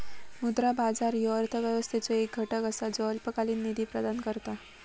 मुद्रा बाजार ह्यो अर्थव्यवस्थेचो एक घटक असा ज्यो अल्पकालीन निधी प्रदान करता